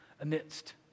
amidst